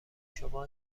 شما